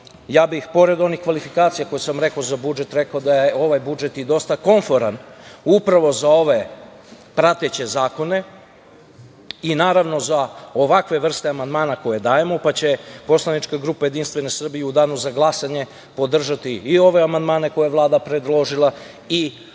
Ja bih pored onih kvalifikacija koje sam rekao za budžet, rekao da je ovaj budžet i dosta komforan upravo za ove prateće zakone i naravno za ovakve vrste amandmana koje dajemo, pa će poslanička grupa JS u Danu za glasanje podržati i ove amandmane koje je Vlada predložila i naravno